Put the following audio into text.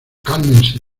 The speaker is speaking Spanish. cálmense